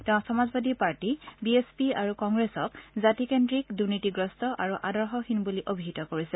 তেওঁ Samajwadi party B S P আৰু কংগ্ৰেছক জাতিকেন্দ্ৰিক দুনীতিগ্ৰস্ত আৰু আদশহীন বুলি অভিহিত কৰিছে